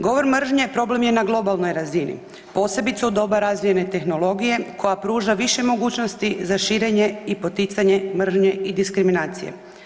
Govor mržnje problem je na globalnoj razini posebice u doba razvijene tehnologije koja pruža više mogućnosti za širenje i poticanje mržnje i diskriminacije.